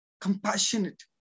compassionate